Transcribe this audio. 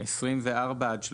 הצבעה 3 בעד,